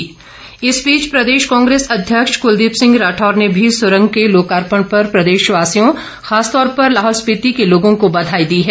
राठौर इस बीच प्रदेश कांग्रेस अध्यक्ष कूलदीप सिंह राठौर ने भी सुरंग के लोकार्पण पर प्रदेशवासियों विशेषकर लाहौल स्पीति के लोगों को बधाई दी हैं